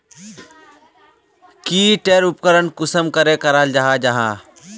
की टेर उपकरण कुंसम करे कराल जाहा जाहा?